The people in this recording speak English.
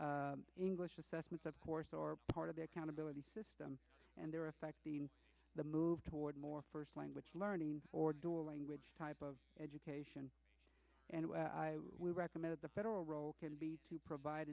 english assessments of course or part of the accountability system and their effect the move toward more first language learning or door language type of education and we recommend the federal role can be to provide